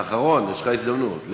האחרון, יש לך הזדמנות.